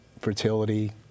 fertility